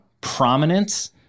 prominence